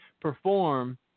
perform